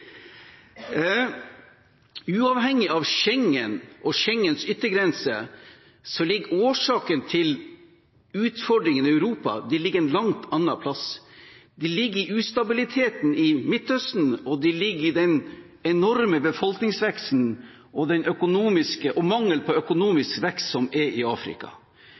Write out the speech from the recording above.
Uavhengig av Schengen og Schengens yttergrense ligger årsaken til utfordringene i Europa en langt annen plass. Den ligger i ustabiliteten i Midtøsten, og den ligger i den enorme befolkningsveksten og den mangelen på økonomisk vekst som er i Afrika.